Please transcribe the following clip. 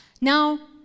Now